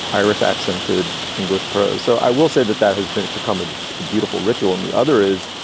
irish accented english prose, so i will say that that has been become a beautiful ritual and the other is,